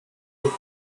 wood